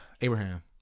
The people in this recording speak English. abraham